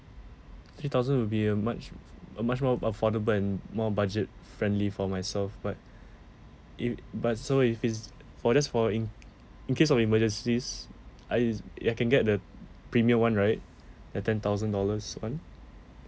three thousand will be a much a much more affordable and more budget friendly for myself but if but so if it's for that's for in in case of emergencies I I can get the premium [one] right the ten thousand dollars [one]